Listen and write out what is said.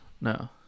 No